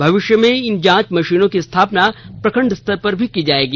भविष्य में इन जांच मशीनों की स्थापना प्रखंड स्तर पर भी की जाएगी